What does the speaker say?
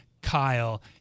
Kyle